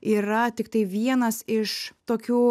yra tiktai vienas iš tokių